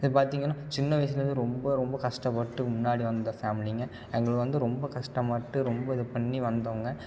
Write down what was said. இப்போ பார்த்தீங்கன்னா சின்ன வயதுலருந்து ரொம்ப ரொம்ப கஷ்டப்பட்டு முன்னாடி வந்த ஃபேம்லிங்க எங்களை வந்து ரொம்ப கஷ்டம்பட்டு ரொம்ப இது பண்ணி வந்தோங்க